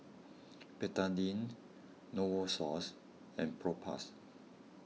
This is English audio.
Betadine Novosource and Propass